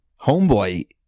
homeboy